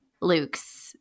Luke's